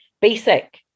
basic